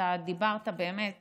דיברת באמת